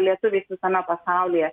lietuviais visame pasaulyje